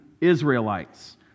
Israelites